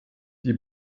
die